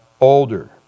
older